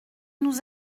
nous